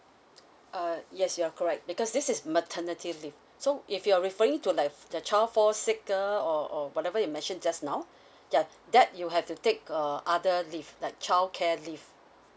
uh yes you're correct because this is maternity leave so if you're referring to like a the child fall sick or or whatever you mention just now ya that you have to take uh other leave like childcare leave